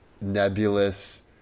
nebulous